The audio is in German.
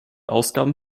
ausgaben